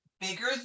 bigger